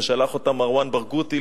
ששלח אותם מרואן ברגותי,